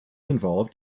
involved